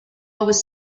was